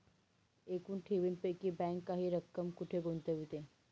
एकूण ठेवींपैकी बँक काही रक्कम कुठे गुंतविते?